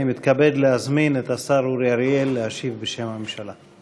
אני מתכבד להזמין את השר אורי אריאל להשיב בשם הממשלה.